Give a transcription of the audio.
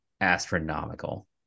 astronomical